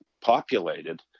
populated